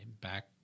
back